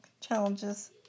challenges